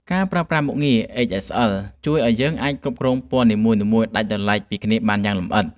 ការប្រើប្រាស់មុខងារ អេច-អេស-អិល ជួយឱ្យយើងអាចគ្រប់គ្រងពណ៌នីមួយៗដាច់ដោយឡែកពីគ្នាបានយ៉ាងលម្អិត។